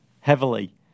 heavily